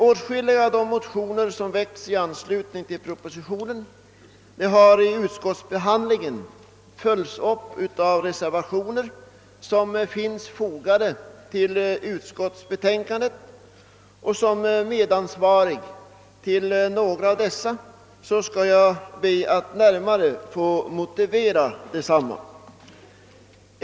Åtskilliga av de motioner som väckts i anslutning till propositionen har i utskottsbehandlingen följts upp med reservationer som fogats till utskottets betänkande, och som medansvarig i det fallet skall jag be att litet närmare få motivera några av reservationerna.